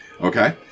Okay